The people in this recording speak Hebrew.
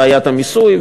בעיית מיסוי,